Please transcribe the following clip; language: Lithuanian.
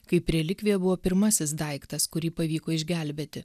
kaip relikvija buvo pirmasis daiktas kurį pavyko išgelbėti